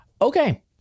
Okay